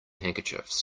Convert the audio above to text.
handkerchiefs